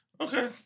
Okay